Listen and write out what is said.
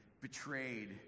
betrayed